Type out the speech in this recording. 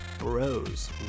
Bros